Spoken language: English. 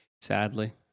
Sadly